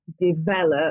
develop